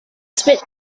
spit